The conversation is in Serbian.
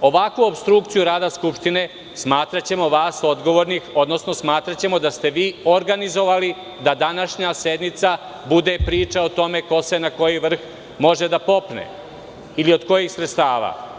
ovakvu opstrukciju rada Skupštine, smatraćemo vas odgovornim, odnosno smatraćemo da ste vi organizovali da današnja sednica bude priča o tome ko može na koji vrh da se popne ili od kojih sredstava.